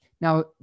now